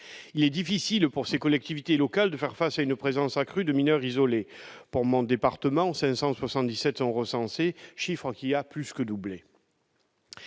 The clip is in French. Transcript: Il est difficile pour ces collectivités locales de faire face à une présence accrue de mineurs isolés. Dans mon département, les Bouches-du-Rhône, 577 sont recensés, chiffre qui a plus que doublé.